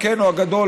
חלקנו הגדול,